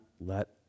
let